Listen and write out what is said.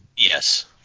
Yes